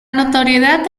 notoriedad